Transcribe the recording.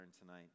tonight